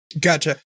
Gotcha